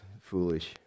foolish